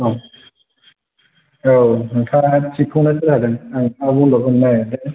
औ औ नोंथाङा थिगखौनो खोनादों आं हा बन्द'ग होनो नागेददों